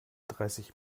dreißig